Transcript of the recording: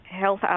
Health